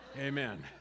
Amen